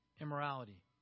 immorality